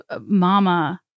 mama